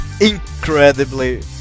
INCREDIBLY